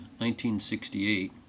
1968